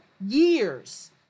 years